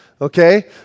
okay